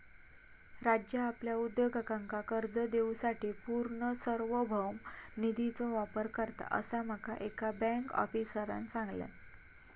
राज्य आपल्या उद्योजकांका कर्ज देवूसाठी पूर्ण सार्वभौम निधीचो वापर करता, असा माका एका बँक आफीसरांन सांगल्यान